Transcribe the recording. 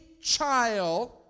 child